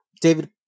David